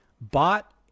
bought